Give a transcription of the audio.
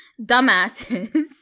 Dumbasses